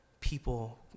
people